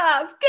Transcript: good